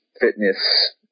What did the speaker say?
fitness